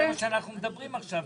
זה מה שאנחנו מדברים עכשיו,